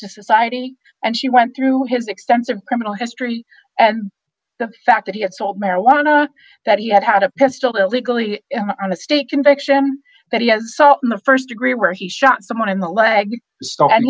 to society and she went through his extensive criminal history and the fact that he had sold marijuana that he had had a pistol illegally on the state conviction that he had so in the st degree where he shot someone in the leg